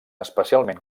especialment